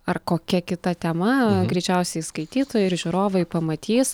ar kokia kita tema greičiausiai skaitytojai ir žiūrovai pamatys